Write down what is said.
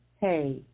hey